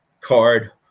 card